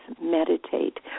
meditate